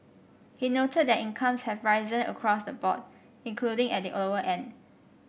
he noted that incomes have risen across the board including at the lower end